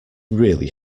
really